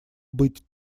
быть